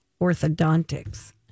orthodontics